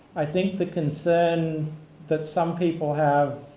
i think the concern that some people have,